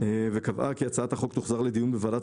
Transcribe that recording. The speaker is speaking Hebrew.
וקבעה כי הצעת החוק תוחזר לדיון בוועדת